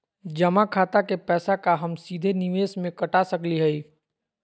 जमा खाता के पैसा का हम सीधे निवेस में कटा सकली हई?